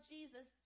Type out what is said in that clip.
Jesus